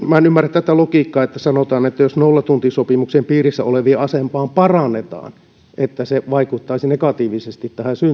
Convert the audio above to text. minä en ymmärrä tätä logiikkaa kun sanotaan että jos nollatuntisopimuksen piirissä olevien asemaa parannetaan se vaikuttaisi negatiivisesti